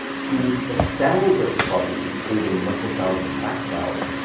the the cells of the body including muscle cells and fat cells,